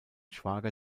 schwager